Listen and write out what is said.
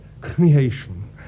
creation